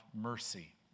mercy